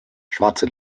schwarze